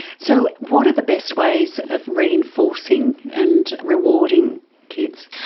so what are the best ways of reinforcing and rewarding kids?